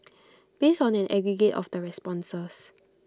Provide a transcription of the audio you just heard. based on an aggregate of the responses